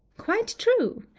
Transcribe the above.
quite true.